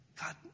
God